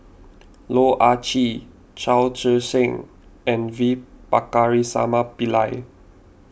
Loh Ah Chee Chao Tzee Cheng and V Pakirisamy Pillai